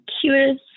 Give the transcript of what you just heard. cutest